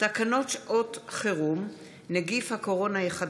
תקנות שעת חירום (נתוני מיקום) (תיקון מס' 2),